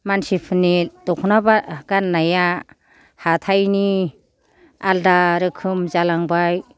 दानि मानसिफोरनि दख'ना गाननाया हाथाइनि आलदा रोखोम जालांबाय